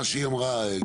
מה שהיא אמרה,